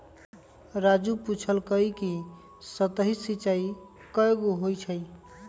राजू पूछलकई कि सतही सिंचाई कैगो होई छई